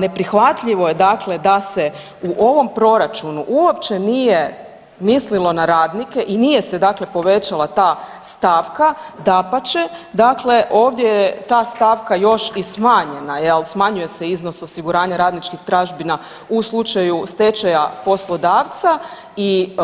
Neprihvatljivo je dakle da se u ovom Proračunu uopće nije mislilo na radnike i nije se dakle povećala ta stavka, dapače dakle ovdje je ta stavka još i smanjena jel smanjuje se iznos osiguranja radničkih tražbina u slučaja stečaja poslodavca i